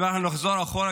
אם נחזור אחורה,